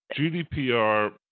GDPR